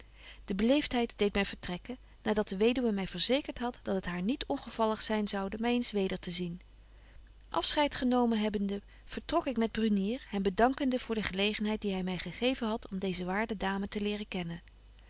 de beleeftheid deedt my vertrekken na dat de weduwe my verzekert hadt dat het haar niet ongevallig zyn zoude my eens weder te zien afscheid genomen hebbende vertrok ik met brunier hem bedankende voor de gelegenheid die hy my gegeven hadt om deeze waarde dame te leren kennen